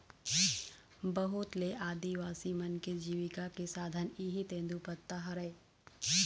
बहुत ले आदिवासी मन के जिविका के साधन इहीं तेंदूपत्ता हरय